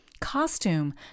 Costume